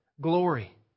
Glory